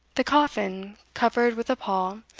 the coffin, covered with a pall,